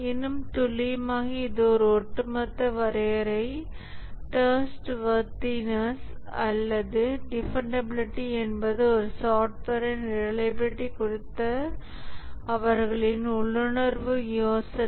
இன்னும் துல்லியமாக இது ஒரு ஒட்டுமொத்த வரையறை டிரஸ்ட் வர்தினஸ் அல்லது டிபன்டபிலிடி என்பது ஒரு சாப்ட்வேரின் ரிலையபிலிடி குறித்த அவர்களின் உள்ளுணர்வு யோசனை